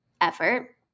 effort